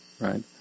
Right